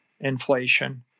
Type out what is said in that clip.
inflation